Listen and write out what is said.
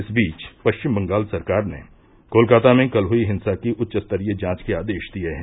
इस बीच पश्चिम बंगाल सरकार ने कोलकाता में कल हुयी हिंसा की उच्च स्तरीय जांच के आदेश दिये हैं